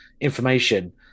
information